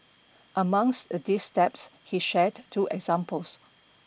amongst these steps he shared two examples